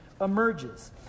emerges